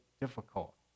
difficult